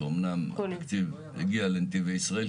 -- שאומנם תקציב הגיע לנתיבי ישראל,